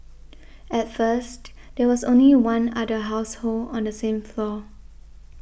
at first there was only one other household on the same floor